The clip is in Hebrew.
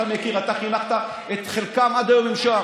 אתה מכיר, אתה חינכת את חלקם, עד היום הם שם.